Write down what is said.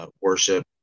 worship